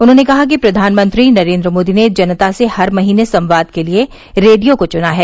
उन्होंने कहा कि प्रबानमंत्री नरेन्द्र मोदी ने जनता से हर महीने संवाद के लिए रेडियो को चुना है